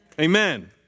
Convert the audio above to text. Amen